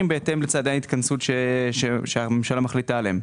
בהתאם לצעדי ההתכנסות שהממשלה מחליטה עליהם.